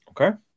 Okay